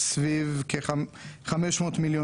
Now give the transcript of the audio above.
והפער הוא סביב 500 מיליון